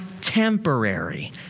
temporary